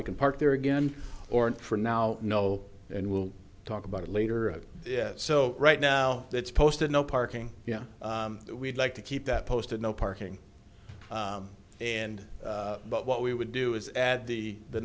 i can park there again orange for now no and we'll talk about it later yeah so right now it's posted no parking yeah we'd like to keep that posted no parking and but what we would do is add the the